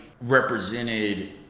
represented